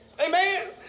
Amen